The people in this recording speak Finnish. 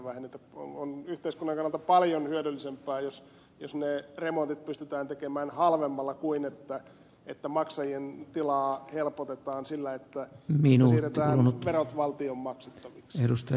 on yhteiskunnan kannalta paljon hyödyllisempää jos ne remontit pystytään tekemään halvemmalla kuin että maksajien tilaa helpotetaan sillä että siirretään verot valtion maksettaviksi